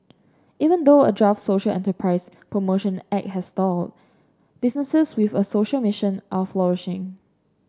even though a draft social enterprise promotion act has stalled businesses with a social mission are flourishing